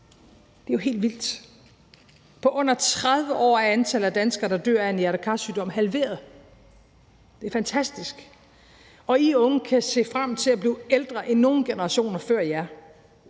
Det er jo helt vildt. På under 30 år er antallet af danskere, der dør af en hjerte-kar-sygdom, halveret. Det er fantastisk. Og I unge kan se frem til at blive ældre end nogen generationer før jer,